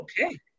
okay